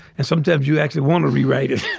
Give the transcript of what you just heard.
and sometimes you actually want to rewrite it.